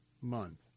Month